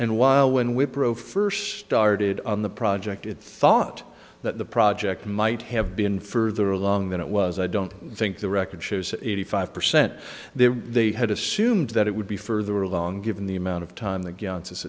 and while when wipro first started on the project it thought that the project might have been further along than it was i don't think the record shows eighty five percent there they had assumed that it would be further along given the amount of time